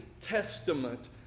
testament